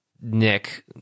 Nick